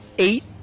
eight